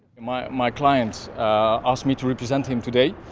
my my client asked me to represent him today.